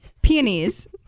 Peonies